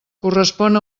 correspon